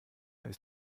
ist